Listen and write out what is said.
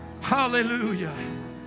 Hallelujah